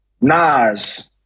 Nas